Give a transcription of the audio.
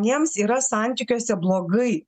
jiems yra santykiuose blogai